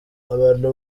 abantu